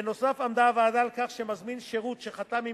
עמדה הוועדה על כך שמזמין שירות שחתם עם